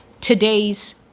today's